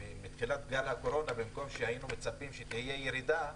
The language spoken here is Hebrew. שמתחילת גל הקורונה במקום שהיינו מצפים שתהיה ירידה,